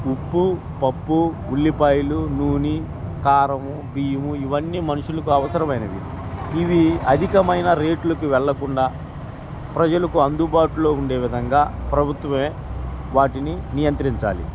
ఉప్పు పప్పు ఉల్లిపాయలు నూనె కారము బియ్యము ఇవన్నీ మనుషులకు అవసరమైనవి ఇవి అధికమైన రేట్లకి వెళ్ళకుండా ప్రజలకు అందుబాటులో ఉండే విధంగా ప్రభుత్వమే వాటిని నియంత్రించాలి